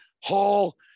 Hall